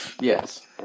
yes